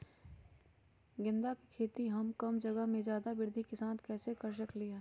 गेंदा के खेती हम कम जगह में ज्यादा वृद्धि के साथ कैसे कर सकली ह?